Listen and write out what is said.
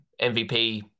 MVP